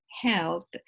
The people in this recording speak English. health